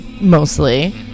mostly